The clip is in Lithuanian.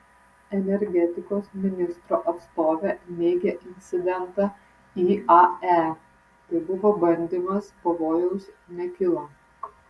energetikos ministro atstovė neigia incidentą iae tai buvo bandymas pavojaus nekilo